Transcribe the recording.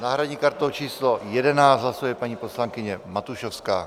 S náhradní kartou číslo 11 hlasuje paní poslankyně Matušovská.